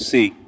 See